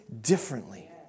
differently